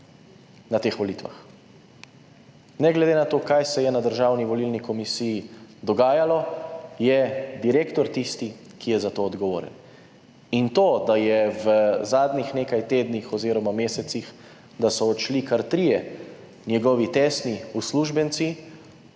na teh volitvah. Ne glede na to, kaj se je na Državni volilni komisiji dogajalo, je direktor tisti, ki je za to odgovoren. In to, da je v zadnjih nekaj tednih oziroma mesecih, da so odšli kar trije njegovi tesni uslužbenci,